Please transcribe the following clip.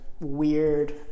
weird